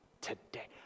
Today